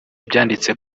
byanditse